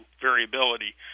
variability